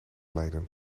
leiden